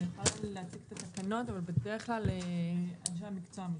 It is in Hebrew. אני יכולה להציג את התקנות אבל בדרך כלל אנשי המקצוע מציגים.